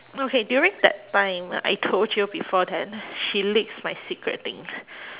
okay during that time I told you before that she leaks my secret thing